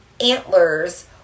antlers